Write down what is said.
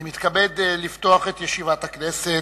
אני מתכבד לפתוח את ישיבת הכנסת.